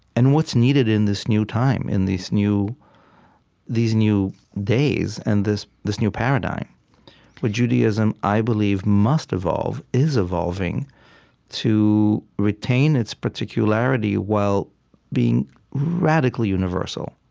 and what's needed in this new time, in these new these new days and this this new paradigm where judaism, i believe, must evolve, is evolving to retain its particularity while being radically universal